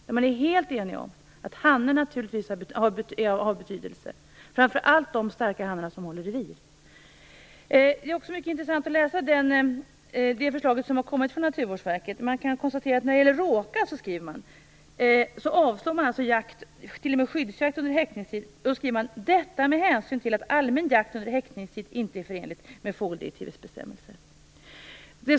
De är helt eniga om att hannen naturligtvis har betydelse, framför allt de starka hannar som håller revir. Det är mycket intressant att läsa Naturvårdsverkets förslag. Man kan konstatera att man t.o.m. avslår skyddsjakt under häckningstid när det gäller råkan. Man skriver att detta skall göras med hänsyn till att allmän jakt under häckningstid inte är förenligt med fågeldirektivets bestämmelser.